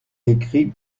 écrit